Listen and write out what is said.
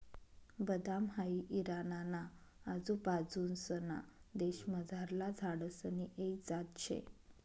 बदाम हाई इराणा ना आजूबाजूंसना देशमझारला झाडसनी एक जात शे